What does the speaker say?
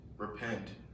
Repent